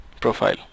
profile